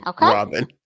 Robin